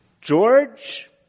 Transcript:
George